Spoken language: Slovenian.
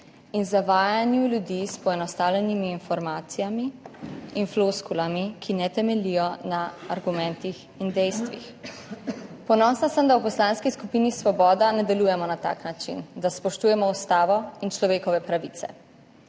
in zavajanju ljudi s poenostavljenimi informacijami in floskulami, ki ne temeljijo na argumentih in dejstvih. Ponosna sem, da v Poslanski skupini Svoboda ne delujemo na tak način, da spoštujemo Ustavo in človekove pravice,